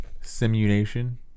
Simulation